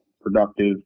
productive